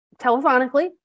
telephonically